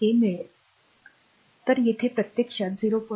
हे मिळेल तर येथे प्रत्यक्षात 0